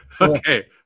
Okay